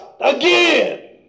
again